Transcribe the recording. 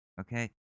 Okay